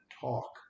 talk